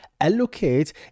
allocate